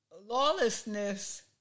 Lawlessness